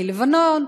מלבנון.